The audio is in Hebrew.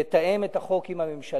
לתאם את החוק עם הממשלה.